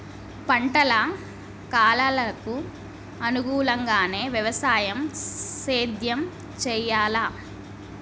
పంటల కాలాలకు అనుగుణంగానే వ్యవసాయ సేద్యం చెయ్యాలా?